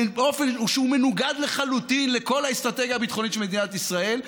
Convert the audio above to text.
באופן שהוא מנוגד לחלוטין לכל האסטרטגיה הביטחונית של מדינת ישראל,